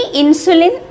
insulin